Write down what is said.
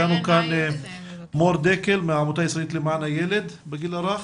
אתנו כאן מור דקל מהעמותה הישראלית למען הילד בגיל הרך.